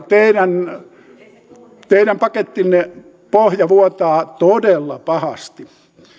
teidän teidän pakettinne pohja vuotaa todella pahasti